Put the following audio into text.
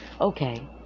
Okay